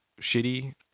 shitty